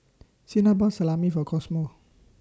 Cena bought Salami For Cosmo